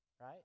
Right